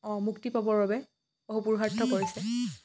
মুক্তি পাবৰ বাবে অহোপুৰুষাৰ্থ কৰিছে